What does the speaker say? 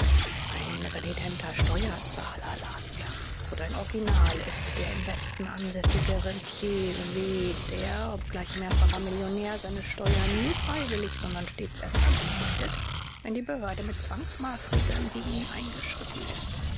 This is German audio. ein renitenter steuerzahler las er und ein original ist der im westen ansässige rentier w der obgleich mehrfacher millionär seine steuer nie freiwillig sondern stets erst dann entrichtet wenn die behörde mit zwangsmaßregeln gegen ihn eingeschritten ist